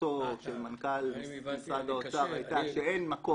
המלצתו של מנכ"ל משרד האוצר היתה שאין מקום.